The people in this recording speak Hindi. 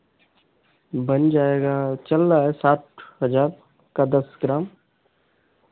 बन जाएगा चल रहा है सात हज़ार का दस ग्राम